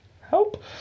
help